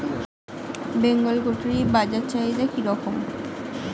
Bengal goatery বাজার চাহিদা কি রকম?